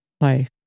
life